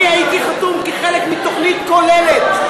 אני הייתי חתום כחלק מתוכנית כוללת.